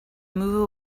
move